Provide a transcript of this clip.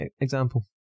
example